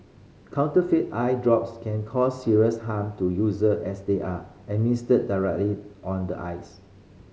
counterfeit eye drops can cause serious harm to user as they are administered directly on the eyes